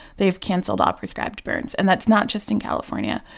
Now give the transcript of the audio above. they've canceled all prescribed burns. and that's not just in california.